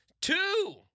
Two